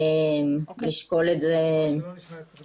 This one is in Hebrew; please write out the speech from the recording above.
ההצטברות שלהם היא זו שמביאה לחוסר הסבירות,